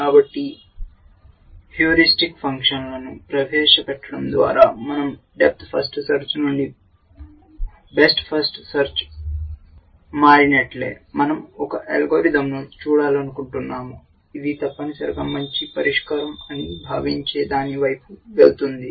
కాబట్టి హ్యూరిస్టిక్ ఫంక్షన్ను ప్రవేశపెట్టడం ద్వారా మన০ డేప్త ఫస్ట సర్చ నుండి బెస్ట్ ఫస్ట్ సెర్చ్కు మారినట్లే మన০ ఒక అల్గోరిథంను చూడాలనుకుంటున్నాము ఇది తప్పనిసరిగా మంచి పరిష్కారం అని భావించే దాని వైపు వెళ్తుంది